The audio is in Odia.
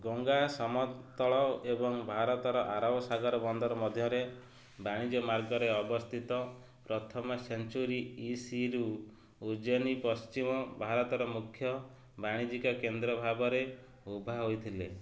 ଗଙ୍ଗା ସମତଳ ଏବଂ ଭାରତର ଆରବ ସାଗର ବନ୍ଦର ମଧ୍ୟରେ ବାଣିଜ୍ୟ ମାର୍ଗରେ ଅବସ୍ଥିତ ପ୍ରଥମ ସେଞ୍ଚୁରି ଇସିରୁ ଉଜୈନ ପଶ୍ଚିମ ଭାରତର ମୁଖ୍ୟ ବାଣିଜ୍ୟିକ କେନ୍ଦ୍ର ଭାବରେ ଉଭା ହୋଇଥିଲେ